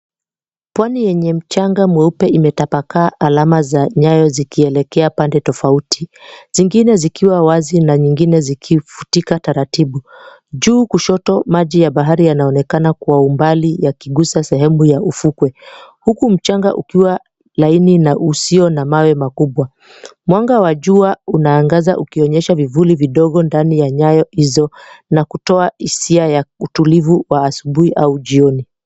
Pwani yenye mchanga mweupe imetapakaa alama za nyayo zikielekea pande tofauti. Zingine zikiwa wazi na nyingine zikifutika taratibu. Juu kushoto, maji ya bahari yanaonekana kwa umbali yakigusa sehemu ya ufukwe, huku mchanga ukiwa laini na usio na mawe makubwa. Mwanga wa jua unaangaza ukionyesha vivuli vidogo ndani ya nyayo hizo na kutoa hisia ya utulivu wa asubuhi au jioni.